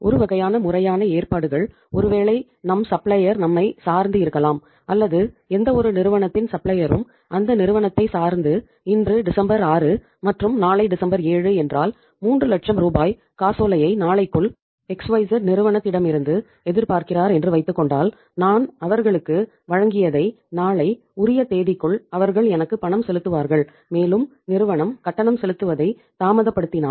ஒரு வகையான முறையான ஏற்பாடுகள் ஒருவேளை நம் சப்ளையர் நிறுவனத்திடமிருந்து எதிர்பார்க்கிறார் என்று வைத்துக்கொண்டால் நான் அவர்களுக்கு வழங்கியதை நாளை உரிய தேதிக்குள் அவர்கள் எனக்கு பணம் செலுத்துவார்கள் மேலும் நிறுவனம் கட்டணம் செலுத்துவதை தாமதப்படுத்தினால்